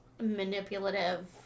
manipulative